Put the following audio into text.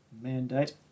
mandate